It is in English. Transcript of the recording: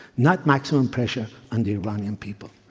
not maximum pressure on the iranian people.